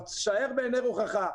אבל שער בעיניי רוחך,